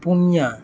ᱯᱩᱱᱭᱟ